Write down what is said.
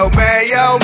mayo